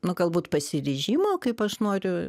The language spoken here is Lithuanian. nu galbūt pasiryžimo kaip aš noriu